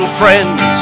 friends